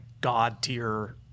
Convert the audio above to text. god-tier